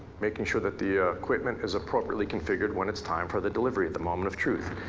making sure that the ah equipment is appropriately configured when it's time for the delivery, the moment of truth.